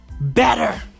better